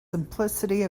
simplicity